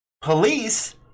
Police